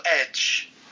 edge